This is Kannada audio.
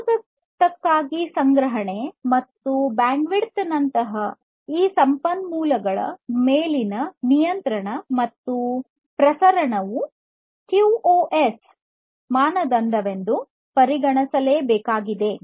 ಸ್ವಾಗತಕ್ಕಾಗಿ ಸಂಗ್ರಹಣೆ ಮತ್ತು ಬ್ಯಾಂಡ್ವಿಡ್ತ್ನಂತಹ ಈ ಸಂಪನ್ಮೂಲಗಳ ಮೇಲಿನ ನಿಯಂತ್ರಣ ಮತ್ತು ಪ್ರಸರಣವು ಕ್ಯೂಒಎಸ್ ಮಾನದಂಡವೆಂದು ಪರಿಗಣಿಸಲೇ ಬೇಕಾಗಿದೆ